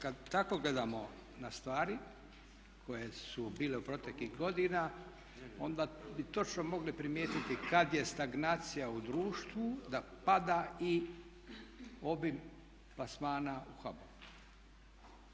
Kad tako gledamo na stvari koje su bile u proteklih godina, onda bi točno mogli primijetiti kad je stagnacija u društvu da pada i obim plasmana u HBOR-u.